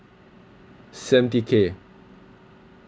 seventy K